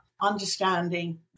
understanding